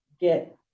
get